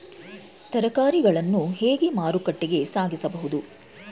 ತರಕಾರಿಗಳನ್ನು ಹೇಗೆ ಮಾರುಕಟ್ಟೆಗೆ ಸಾಗಿಸಬಹುದು?